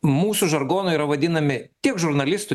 mūsų žargonu yra vadinami tiek žurnalistų